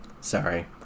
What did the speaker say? Sorry